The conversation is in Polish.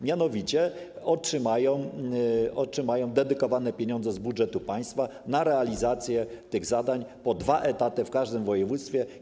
Mianowicie otrzymają dedykowane pieniądze z budżetu państwa na realizację tych zadań - po dwa etaty na każde województwo.